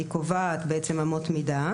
היא קובעת בעצם אמות מידה.